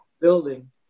building